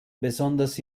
besonders